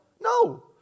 No